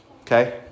okay